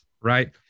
right